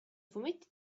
fumetti